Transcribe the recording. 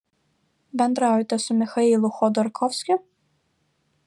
bendraujate su michailu chodorkovskiu